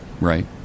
Right